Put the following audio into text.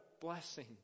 blessing